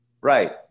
Right